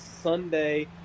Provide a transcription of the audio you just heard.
sunday